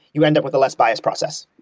you end up with a less biased process.